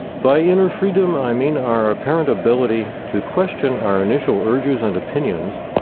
by inner freedom i mean our apparent ability to question our initial urges and opinions,